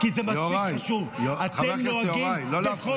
כששר המורשת, סליחה, אתה לא תחנך אותי.